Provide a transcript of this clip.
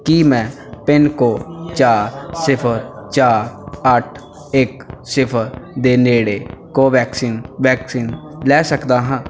ਕੀ ਮੈਂ pin code ਚਾਰ ਸਿਫ਼ਰ ਚਾਰ ਅੱਠ ਇੱਕ ਸਿਫ਼ਰ ਦੇ ਨੇੜੇ ਕੋਵੈਕਸਿਨ ਵੈਕਸੀਨ ਲੈ ਸਕਦਾ ਹਾਂ